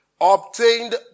obtained